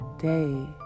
day